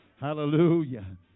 hallelujah